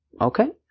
Okay